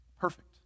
Perfect